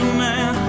man